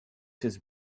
his